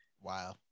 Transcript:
Wow